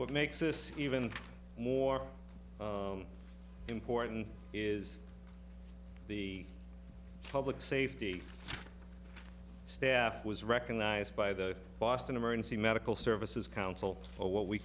what makes this even more important is the public safety staff was recognized by the boston emergency medical services council for what we